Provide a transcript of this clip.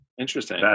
Interesting